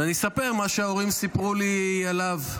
ואני אספר מה שההורים סיפרו לי עליו.